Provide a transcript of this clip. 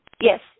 Yes